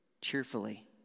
cheerfully